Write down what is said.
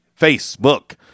Facebook